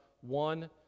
one